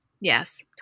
Yes